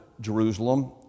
Jerusalem